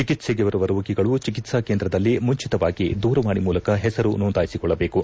ಚಿಕಿತ್ಸೆಗೆ ಬರುವ ರೋಗಿಗಳು ಚಿಕಿತ್ಲಾ ಕೇಂದ್ರದಲ್ಲಿ ಮುಂಚಿತವಾಗಿ ದೂರವಾಣಿ ಮೂಲಕ ಹೆಸರು ನೋಂದಾಯಿಸಿಕೊಳ್ಳಬೇಕು